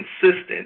consistent